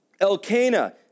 Elkanah